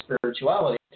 spirituality